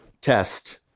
test